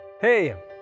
Hey